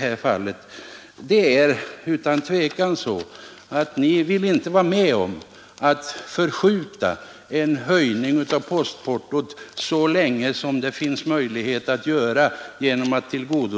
Men ni vill inte vara med om att hålla nere postportot så länge som möjligt genom att bifalla